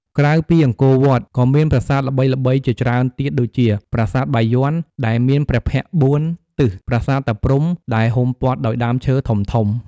ក្រៅពីអង្គរវត្ត ក៏មានប្រាសាទល្បីៗជាច្រើនទៀតដូចជា ប្រាសាទបាយ័នដែលមានព្រះភ័ក្ត្របួនទិស ប្រាសាទតាព្រហ្មដែលហ៊ុំព័ទ្ធដោយដើមឈើធំៗ។